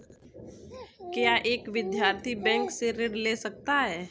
क्या एक विद्यार्थी बैंक से ऋण ले सकता है?